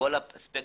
בכל הספקטורים,